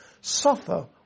suffer